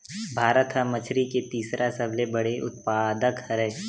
भारत हा मछरी के तीसरा सबले बड़े उत्पादक हरे